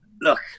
look